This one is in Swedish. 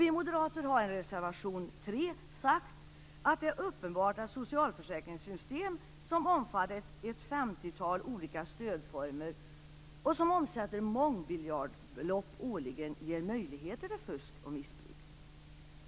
Vi moderater har i reservation 3 sagt att det är uppenbart att socialförsäkringssystem som omfattar ett femtiotal olika stödformer och som omsätter mångmiljardbelopp årligen ger möjligheter till fusk och missbruk.